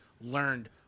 learned